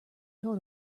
told